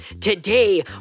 Today